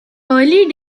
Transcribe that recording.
early